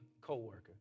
co-worker